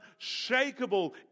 unshakable